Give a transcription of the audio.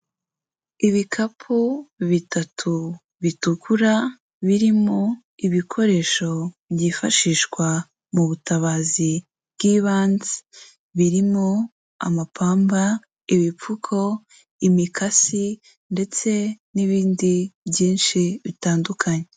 Ibikapu bitatu bitukura, birimo ibikoresho byifashishwa mu butabazi bw'ibanze, birimo amapamba, ibipfuko, imikasi ndetse n'ibindi byinshi bitandukanye.